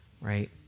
right